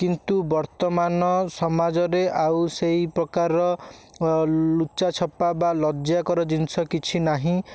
କିନ୍ତୁ ବର୍ତ୍ତମାନ ସମାଜରେ ଆଉ ସେଇ ପ୍ରକାର ଅ ଲୁଚାଛପା ବା ଲଜ୍ୟା କର ଜିନିଷ କିଛି ନାହିଁ